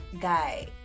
guy